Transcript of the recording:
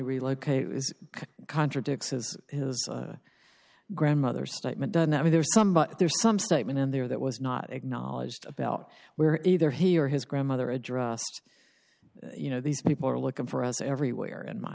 relocate is contradicts his grandmother statement doesn't that mean there's some there's some statement in there that was not acknowledged about where either he or his grandmother address you know these people are looking for us everywhere and my